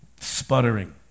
Sputtering